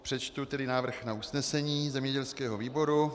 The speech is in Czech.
Přečtu tedy návrh na usnesení zemědělského výboru: